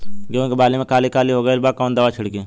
गेहूं के बाली में काली काली हो गइल बा कवन दावा छिड़कि?